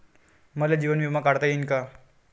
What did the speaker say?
मले जीवन बिमा काढता येईन का?